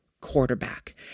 quarterback